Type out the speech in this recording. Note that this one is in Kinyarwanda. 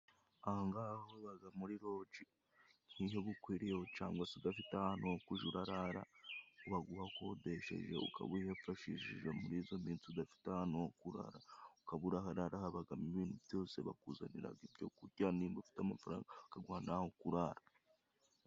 Ahangaha ho baza muri roge. Nk'iyo bukwiriye cangwa se iyo udafite ahantu ho kuja urarara, ubaga uhakodesheje ukaba urahifashishije. Muri izo minsi udafite ahantu ho kurara, ukaba uraharara, habagamo ibintu byose, bakuzaniraga ibyo kurya, nimba udafite amafaranga bakaguha n'aho kurara.